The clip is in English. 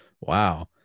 Wow